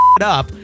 up